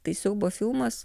tai siaubo filmas